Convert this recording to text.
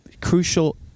crucial